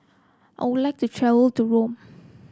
I would like to travel to Rome